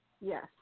Yes